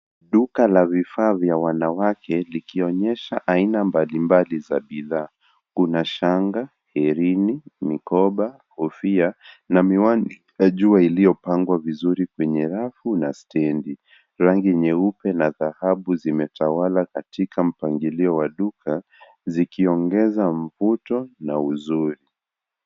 Duka la vifaa vya wanawake likionyesha aina mbalimbali za bidhaa. Kuna shanga, herini, mikoba, kofia na miwani ya jua iliyopangwa vizuri kwenye rafu na stendi. Rangi nyeupe na dhahabu zimetawala katika mpangilio wa duka zikiongeza mvuto na uzuri.